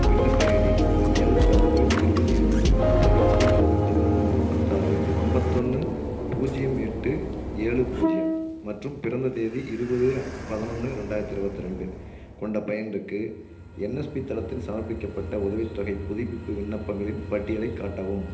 விண்ணப்ப ID LW இருபது இருபது பதிமூணு அறுபத்தி மூணு நாற்பத்தாறு ஐம்பத்தொன்னு பூஜ்யம் எட்டு ஏழு பூஜ்யம் மற்றும் பிறந்த தேதி இருபது பதினொன்று ரெண்டாயிரத்து இருவத்திரெண்டு கொண்ட பயனருக்கு என்எஸ்பி தளத்தில் சமர்ப்பிக்கப்பட்ட உதவித்தொகைப் புதுப்பிப்பு விண்ணப்பங்களின் பட்டியலைக் காட்டவும்